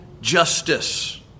justice